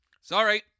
Sorry